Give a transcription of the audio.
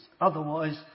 otherwise